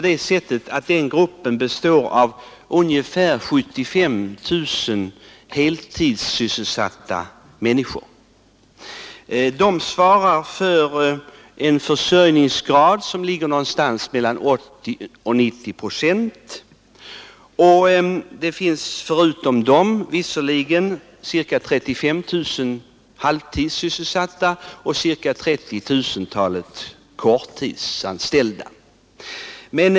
Den gruppen består av ungefär 75 000 heltidssysselsatta människor. Det finns dessutom ca 35 000 halvtidssysselsatta och ca 30 000 korttidsanställda. De svarar för en försörjningsgrad som ligger någonstans mellan 80 och 90 procent.